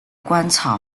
鹅观草